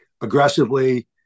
aggressively